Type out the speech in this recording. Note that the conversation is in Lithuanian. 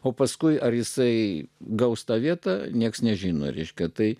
o paskui ar jisai gaus tą vietą niekas nežino reiškia tai